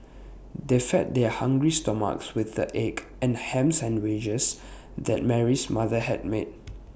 they fed their hungry stomachs with the egg and Ham Sandwiches that Mary's mother had made